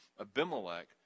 Abimelech